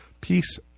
peace